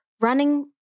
running